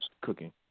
cooking